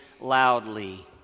loudly